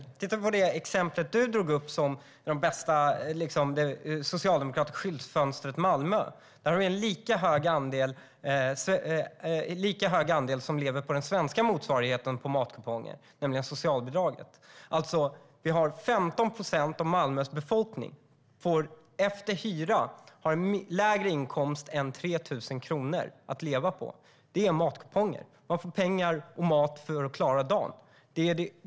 Om vi tittar på det exempel som Eva-Lena Jansson tog upp, det socialdemokratiska skyltfönstret Malmö, kan vi se en lika hög andel som lever på den svenska motsvarigheten till matkuponger, nämligen socialbidraget. 15 procent av Malmös befolkning har efter hyra lägre inkomst än 3 000 kronor att leva på. Det är matkuponger. De får pengar och mat för att klara dagen.